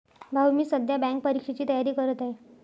भाऊ मी सध्या बँक परीक्षेची तयारी करत आहे